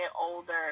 older